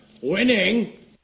Winning